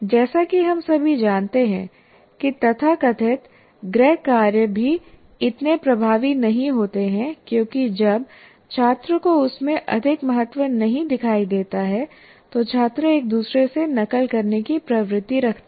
जैसा कि हम सभी जानते हैं कि तथाकथित गृहकार्य भी इतने प्रभावी नहीं होते हैं क्योंकि जब छात्र को उसमें अधिक महत्व नहीं दिखाई देता है तो छात्र एक दूसरे से नकल करने की प्रवृत्ति रखते हैं